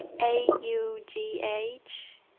a u g h,